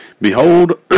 Behold